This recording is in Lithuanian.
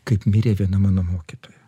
kaip mirė viena mano mokytoja